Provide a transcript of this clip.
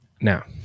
Now